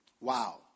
Wow